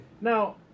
Now